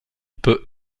peut